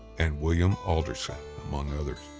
and william alderson, among others.